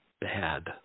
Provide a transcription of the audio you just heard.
bad